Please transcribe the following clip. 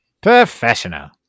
Professional